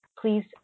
Please